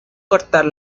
cortar